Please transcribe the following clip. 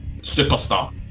superstar